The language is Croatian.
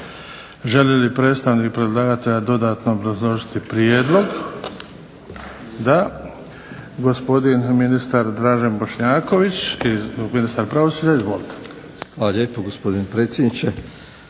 Želi li predstavnik predlagatelja dodatno obrazložiti prijedlog? Da. Gospodin ministar Dražen Bošnjaković, ministar pravosuđa. Izvolite. **Bošnjaković, Dražen